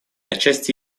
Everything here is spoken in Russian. отчасти